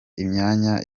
imyanya